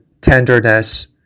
tenderness